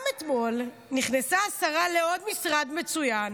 גם אתמול נכנסה השרה לעוד משרד מצוין